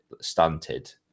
stunted